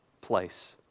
place